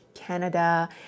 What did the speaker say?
Canada